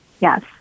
Yes